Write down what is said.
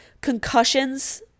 concussions